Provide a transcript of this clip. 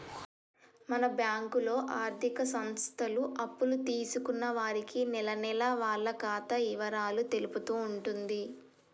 మన బ్యాంకులో ఆర్థిక సంస్థలు అప్పులు తీసుకున్న వారికి నెలనెలా వాళ్ల ఖాతా ఇవరాలు తెలుపుతూ ఉంటుంది